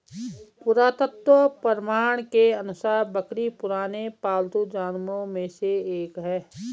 पुरातत्व प्रमाण के अनुसार बकरी पुराने पालतू जानवरों में से एक है